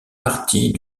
partie